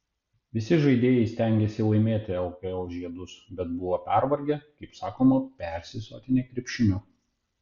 visi žaidėjai stengėsi laimėti lkl žiedus bet buvo pervargę kaip sakoma persisotinę krepšiniu